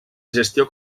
gestió